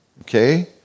Okay